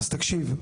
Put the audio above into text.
אז תקשיב,